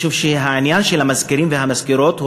משום שהעניין של המזכירים והמזכירות הוא